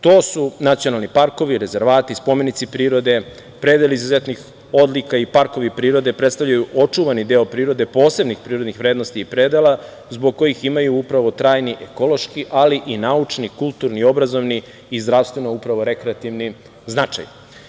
To su nacionalni parkovi, rezervati, spomenici prirode, predeli izuzetnih odlika i parkovi prirode predstavljaju očuvani deo prirode, posebnih prirodnih vrednosti i predela, zbog kojih ima trajni ekološki, ali i naučni kulturni i obrazovni i zdravstveno, upravo rekreativni značaj.